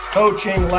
coaching